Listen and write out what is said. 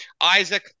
Isaac